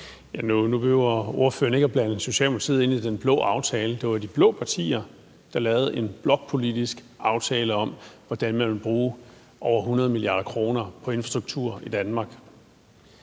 Nu behøver ordføreren ikke at blande Socialdemokratiet ind i den blå aftale. Det var de blå partier, der lavede en blokpolitisk aftale om, hvordan man ville bruge over 100 mia. kr. på infrastruktur i Danmark.